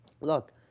look